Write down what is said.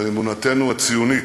באמונתנו הציונית.